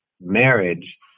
marriage